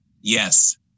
Yes